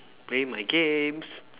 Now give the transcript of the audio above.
play my games